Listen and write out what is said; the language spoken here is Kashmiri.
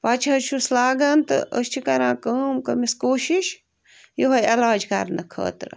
پَچہٕ حظ چھُس لاگان تہٕ أسۍ چھِ کَران کٲم أمِس کوٗشش یِہوے علاج کَرنہٕ خٲطرٕ